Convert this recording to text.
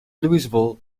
louisville